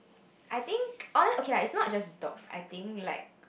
I think honour okay lah it's not just dogs I think like